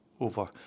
over